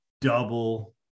double